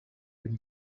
will